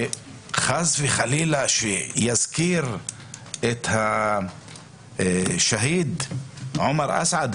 חס וחלילה שיזכיר את השהיד עומר אסעד,